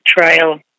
trial